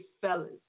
fellas